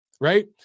right